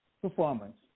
performance